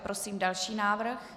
Prosím další návrh.